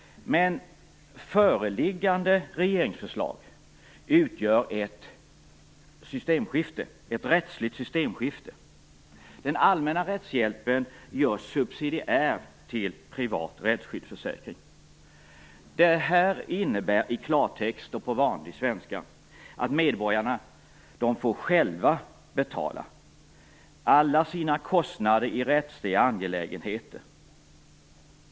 Men föreliggande regeringsförslag utgör ett rättsligt systemskifte. Den allmänna rättshjälpen görs subsidiär till privat rättsskyddsförsäkring. Detta innebär i klartext och på vanlig svenska att medborgarna själva får betala alla sina kostnader i rättsliga angelägenheter.